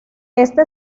esta